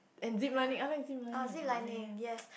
and ziplining I like ziplining a lot leh